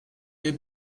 les